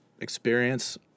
experience